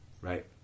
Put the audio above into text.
right